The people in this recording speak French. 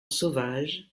sauvages